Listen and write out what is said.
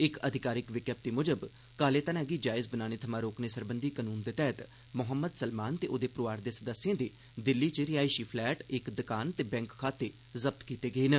इक अधिकारिक विज्ञप्ति मुजब काले धनै गी जायज बनाने थमां रोकने सरबंधी कानून दे तैहत मोहम्मद सलमान ते ओहदे परोआर दे सदस्यें दे दिल्ली च रिहायशी फलैट इक दकान ते बैंक खाते जब्त कीते गे न